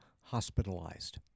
hospitalized